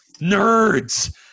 nerds